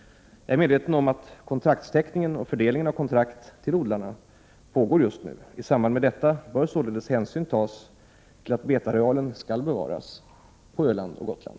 Jag är medveten om att kontraktsteckningen och fördelningen av kontrakt till odlarna just nu pågår. I samband med detta bör således hänsyn tas till att betarealen skall bevaras på Öland och Gotland.